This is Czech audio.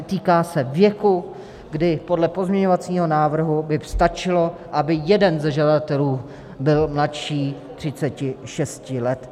Týká se věku, kdy podle pozměňovacího návrhu by stačilo, aby jeden ze žadatelů byl mladší 36 let.